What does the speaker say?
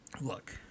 Look